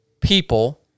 people